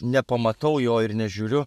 nepamatau jo ir nežiūriu